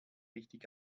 richtig